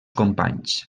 companys